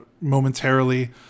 momentarily